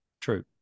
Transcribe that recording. True